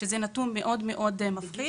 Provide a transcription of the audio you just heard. זה נתון מאוד מאוד מפחיד.